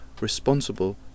responsible